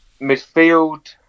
midfield